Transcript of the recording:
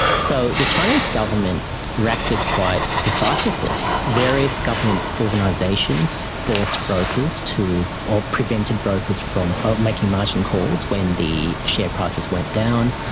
so the chinese government reacted quite decisively. various government organisations forced brokers or prevented brokers from ah making margin calls when the share prices went down.